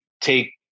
take